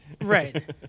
right